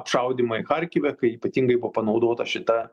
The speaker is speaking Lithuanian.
apšaudymai charkive kai ypatingai buvo panaudota šita